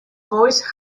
voice